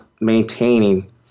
maintaining